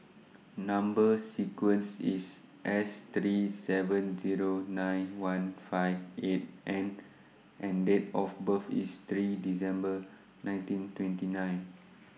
Number sequence IS S three seven Zero nine one five eight N and Date of birth IS three December nineteen twenty nine